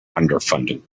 underfunding